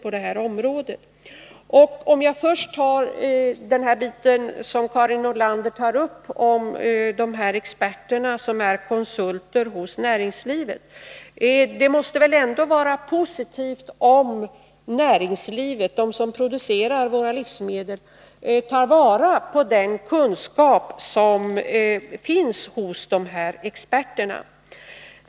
Om jag då först får beröra vad Karin Nordlander sade om de här experterna som är konsulter inom näringslivet vill jag säga att det väl ändå måste anses vara positivt om näringslivet — de som producerar våra livsmedel —- tar vara på den kunskap som finns bland experterna.